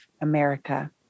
America